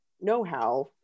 know-how